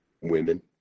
women